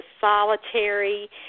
solitary